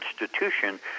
institution